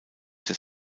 des